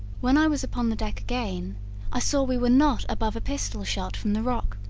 when i was upon the deck again i saw we were not above a pistol shot from the rock,